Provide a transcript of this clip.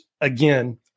again